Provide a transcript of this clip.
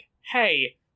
hey